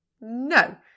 No